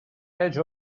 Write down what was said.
edge